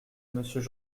monsieur